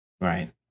Right